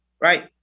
Right